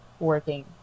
working